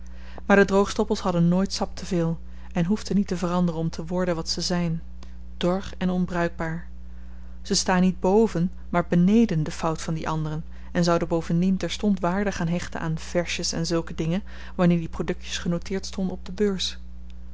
maar de droogstoppels hadden nooit sap te veel en hoefden niet te veranderen om te worden wat ze zyn dor en onbruikbaar ze staan niet boven maar beneden de fout van die anderen en zouden bovendien terstond waarde gaan hechten aan versjes en zulke dingen wanneer die produktjes genoteerd stonden op de beurs